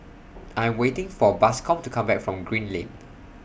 I'm waiting For Bascom to Come Back from Green Lane